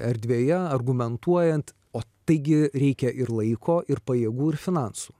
erdvėje argumentuojant o taigi reikia ir laiko ir pajėgų ir finansų